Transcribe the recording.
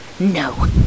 No